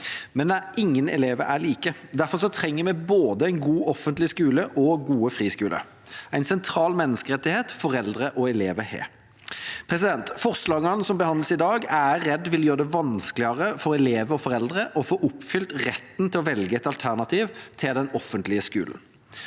Men ingen elever er like, og derfor trenger vi både en god offentlig skole og gode friskoler. Det er en sentral menneskerettighet som foreldre og elever har. Forslagene som behandles i dag, er jeg redd vil gjøre det vanskeligere for elever og foreldre å få oppfylt retten til å velge et alternativ til den offentlige skolen.